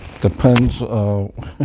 Depends